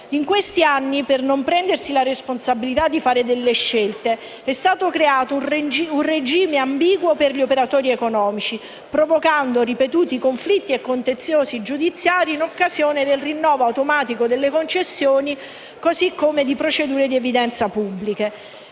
In questi anni, per non prendersi la responsabilità di fare delle scelte, è stato creato un regime ambiguo per gli operatori economici, provocando ripetuti conflitti e contenziosi giudiziari in occasione del rinnovo automatico delle concessioni così come di procedure di evidenza pubblica.